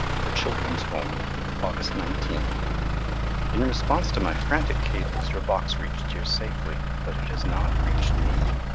the children's home august nineteen in response to my frantic cables your box reached here safely, but it has not reached me.